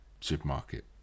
supermarket